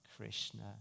Krishna